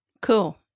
Cool